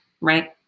right